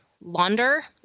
launder